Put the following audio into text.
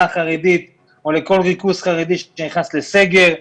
חרדית או לכל ריכוז חרדי שנכנס לסגר,